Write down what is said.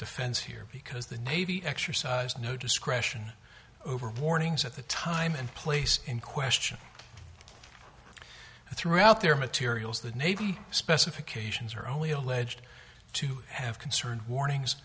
defense here because the navy exercised no discretion over warnings at the time and place in question throughout their materials the navy specifications are only alleged to have concerned warnings